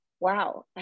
Wow